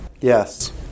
Yes